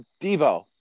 Devo